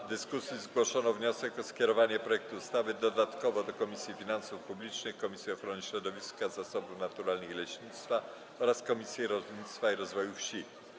W dyskusji zgłoszono wniosek o skierowanie projektu ustawy dodatkowo do Komisji Finansów Publicznych, Komisji Ochrony Środowiska, Zasobów Naturalnych i Leśnictwa oraz Komisji Rolnictwa i Rozwoju Wsi.